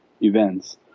events